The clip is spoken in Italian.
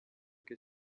che